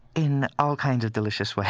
in all kinds of delicious ways.